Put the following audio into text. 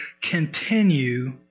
continue